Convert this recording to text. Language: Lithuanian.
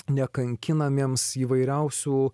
nekankinamiems įvairiausių